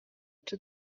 czy